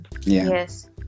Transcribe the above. Yes